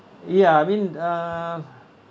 ya I mean uh